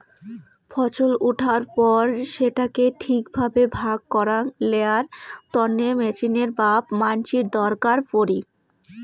ফছল উঠার পর সেটাকে ঠিক ভাবে ভাগ করাং লেয়ার তন্নে মেচিনের বা মানসির দরকার পড়ি